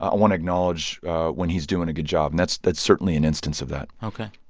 i want to acknowledge when he's doing a good job. and that's that's certainly an instance of that ok.